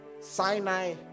Sinai